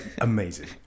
Amazing